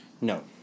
No